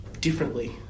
differently